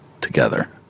together